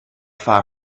far